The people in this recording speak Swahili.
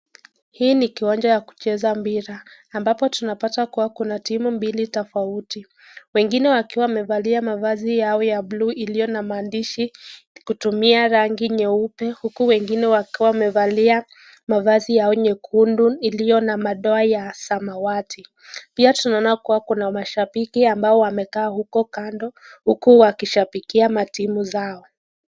Hii ni kiwanja ya kucheza mpira. Ambapo tunapata kuwa kuna timu mbili tofauti . Wengine wakiwa wamevalia mavazi yao ya blue iliyo na maandishi kutumia rangi nyeupe, huku wengine wakiwa wamevalia mavazi yao nyekundu iliyo na madoa ya samawati. Pia tunaona kuwa kuna mashabiki ambao wamekaa huko kando, huku wakishabikia matimu zao.